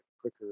quicker